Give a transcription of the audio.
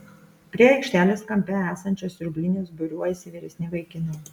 prie aikštelės kampe esančios siurblinės būriuojasi vyresni vaikinai